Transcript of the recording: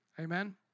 Amen